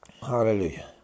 Hallelujah